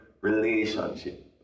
relationship